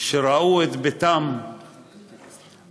שראו את ביתם בנצרת-עילית,